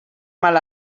mal